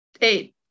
eight